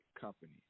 company